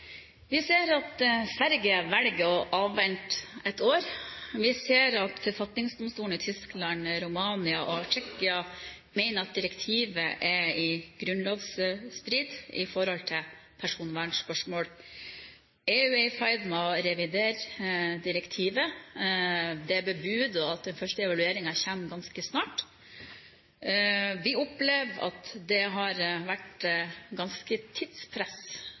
Vi ser at Sverige velger å avvente ett år. Vi ser at forfatningsdomstolene i Tyskland, Romania og Tsjekkia mener at direktivet er grunnlovsstridig i forhold til personvernspørsmål. EU er i ferd med å revidere direktivet. Det er bebudet at den første evalueringen kommer ganske snart. Vi opplever at det har vært et tidspress